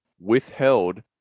Withheld